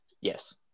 Yes